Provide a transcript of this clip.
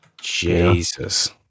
Jesus